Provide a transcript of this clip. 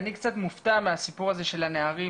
90 אחוזים מהאנשים שמאושפזים בכפייה במדינת ישראל,